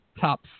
top